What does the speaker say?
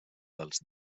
dels